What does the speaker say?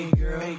girl